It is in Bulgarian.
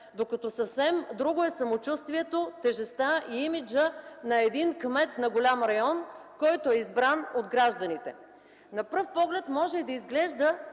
докато съвсем друго е самочувствието, тежестта и имиджа на един кмет на голям район, който е избран от гражданите. На пръв поглед може и да изглежда,